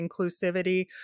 inclusivity